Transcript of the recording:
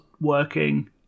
working